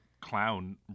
clown